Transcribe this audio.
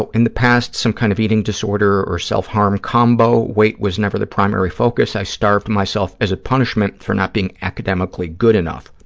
in the past, some kind of eating disorder or self-harm combo. weight was never the primary focus. i starved myself as a punishment for not being academically good enough.